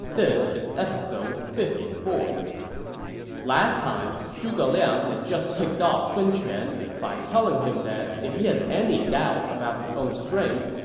this is episode fifty four point last time, zhuge liang had just ticked off sun quan by telling him that if he had any doubts about his own strength,